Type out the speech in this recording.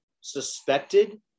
suspected